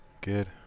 Good